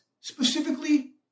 specifically